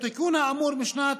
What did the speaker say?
בתיקון האמור משנת